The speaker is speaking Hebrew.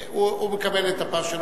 כן, הוא מקבל את הפרשנות.